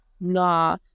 nah